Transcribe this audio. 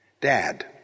Dad